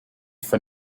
for